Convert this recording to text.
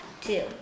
Two